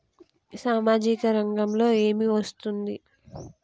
సామాజిక రంగంలో ఏమి వస్తుంది?